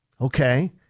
Okay